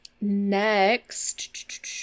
Next